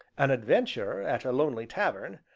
an adventure at a lonely tavern,